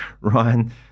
Ryan